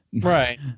right